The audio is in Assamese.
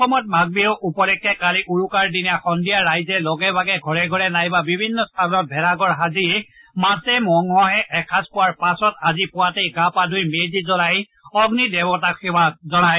অসমত মাঘ বিহু উপলক্ষে কালি উৰুকাৰ দিনা সদ্ধিয়া ৰাইজে লগে ভাগে ঘৰে ঘৰে নাইবা বিভিন্ন স্থানত ভেলাঘৰ সাজি মাছে মঙহে এসাজ খোৱাৰ পাছত আজি পুৱাতেই গা পা ধুই মেজি জলাই অগ্নি দেৱতাক সেৱা জনায়